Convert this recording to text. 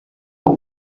but